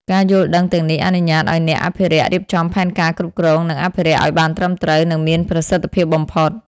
ការយល់ដឹងទាំងនេះអនុញ្ញាតឲ្យអ្នកអភិរក្សរៀបចំផែនការគ្រប់គ្រង និងអភិរក្សឱ្យបានត្រឹមត្រូវ និងមានប្រសិទ្ធភាពបំផុត។